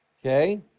Okay